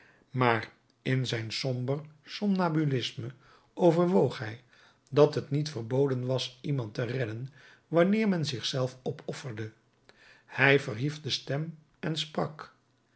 maar in zijn somber somnambulisme overwoog hij dat het niet verboden was iemand te redden wanneer men zich zelf opofferde hij verhief de stem en sprak